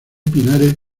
pinares